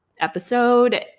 episode